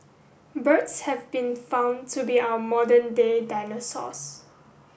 birds have been found to be our modern day dinosaurs